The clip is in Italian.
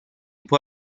può